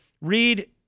read